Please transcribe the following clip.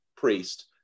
priest